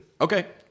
Okay